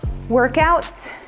workouts